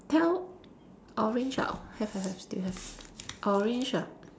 tell orange ah have have have still have orange ah